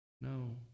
no